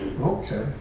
Okay